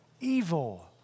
Evil